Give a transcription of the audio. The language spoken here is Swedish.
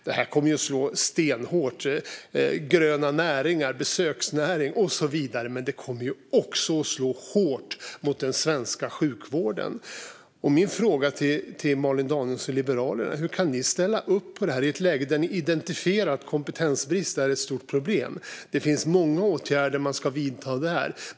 Det här kommer att slå stenhårt mot gröna näringar, besöksnäring och så vidare. Men det kommer också att slå hårt mot den svenska sjukvården. Min fråga till Malin Danielsson från Liberalerna är: Hur kan ni ställa upp på det här i ett läge där ni identifierar kompetensbrist som ett stort problem? Det finns många åtgärder man ska vidta där.